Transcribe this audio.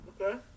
Okay